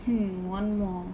hmm one more